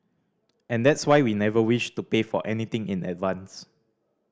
and that's why we never wished to pay for anything in advance